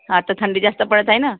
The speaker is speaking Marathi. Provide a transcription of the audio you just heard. हां तर थंडी जास्त पडत आहे ना